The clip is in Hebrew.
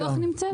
בטוח נמצאת, צחי?